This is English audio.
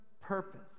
purpose